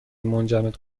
منجمد